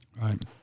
Right